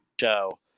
show